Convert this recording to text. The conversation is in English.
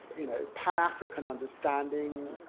you know, pan-african understanding,